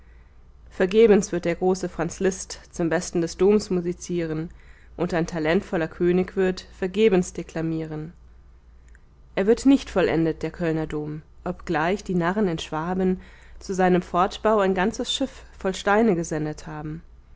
vergebens wird der große franz liszt zum besten des doms musizieren und ein talentvoller könig wird vergebens deklamieren er wird nicht vollendet der kölner dom obgleich die narren in schwaben zu seinem fortbau ein ganzes schiff voll steine gesendet haben